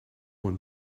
one